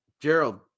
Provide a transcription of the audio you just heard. Gerald